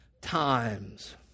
times